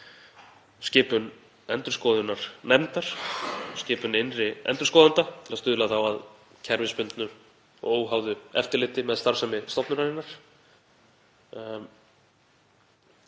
skipun endurskoðunarnefndar, skipun innri endurskoðanda til að stuðla þá að kerfisbundnu og óháðu eftirliti með starfsemi stofnunarinnar.